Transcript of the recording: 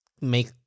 make